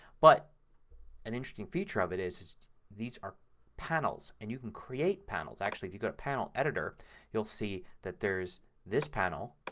but an interesting feature of it is these are panels and you can create panels actually if you go to panel editor you'll see that there's this panel,